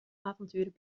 avonturen